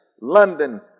London